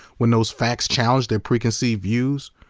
when those facts challenge their preconceived views.